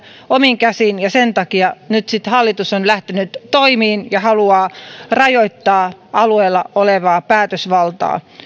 omiin käsiin ja sen takia nyt sitten hallitus on lähtenyt toimiin ja haluaa rajoittaa alueilla olevaa päätösvaltaa